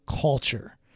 culture